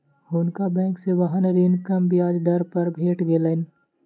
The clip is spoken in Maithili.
हुनका बैंक से वाहन ऋण कम ब्याज दर पर भेट गेलैन